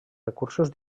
recursos